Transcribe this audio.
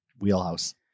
wheelhouse